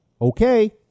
okay